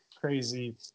crazy